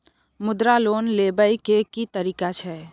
मुद्रा लोन लेबै के की तरीका छै?